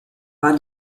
war